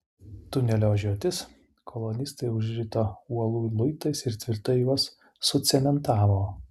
tunelio žiotis kolonistai užrito uolų luitais ir tvirtai juos sucementavo